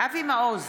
אבי מעוז,